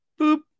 Boop